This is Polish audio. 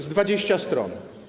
To 20 stron.